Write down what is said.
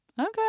Okay